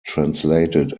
translated